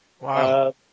Wow